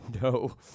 no